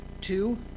Two